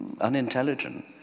unintelligent